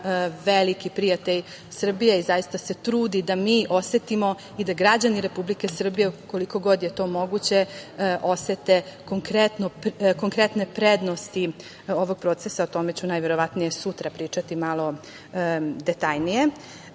veliki prijatelj Srbije i zaista se trudi da mi osetimo i da građani Republike Srbije, koliko god je to moguće, osete konkretne prednosti ovog procesa. O tome ću najverovatnije sutra pričati malo detaljnije. Peter